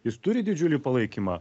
jis turi didžiulį palaikymą